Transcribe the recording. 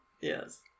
yes